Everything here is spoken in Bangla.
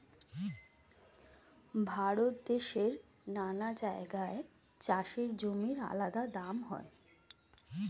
ভারত দেশের নানা জায়গায় চাষের জমির আলাদা দাম হয়